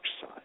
side